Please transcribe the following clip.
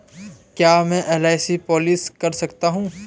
क्या मैं LIC policy कर सकता हूं?